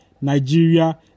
Nigeria